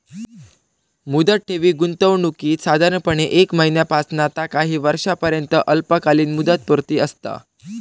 मुदत ठेवी गुंतवणुकीत साधारणपणे एक महिन्यापासना ता काही वर्षांपर्यंत अल्पकालीन मुदतपूर्ती असता